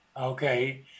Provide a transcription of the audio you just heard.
Okay